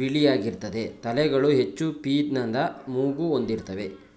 ಬಿಳಿಯಾಗಿರ್ತದೆ ತಲೆಗಳು ಹೆಚ್ಚು ಪೀನದ ಮೂಗು ಹೊಂದಿರ್ತವೆ